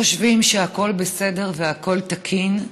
ואני תוהה וחושבת: האם הם באמת חושבים שהכול בסדר והכול תקין?